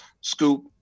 scoop